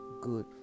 good